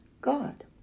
God